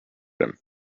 him